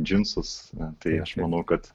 džinsus tai aš manau kad